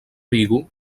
vigo